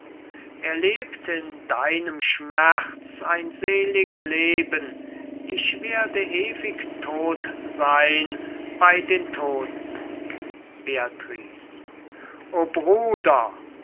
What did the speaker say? er lebt in deinem schmerz ein selig leben ich werde ewig todt sein bei den todten beatrice o bruder